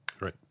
right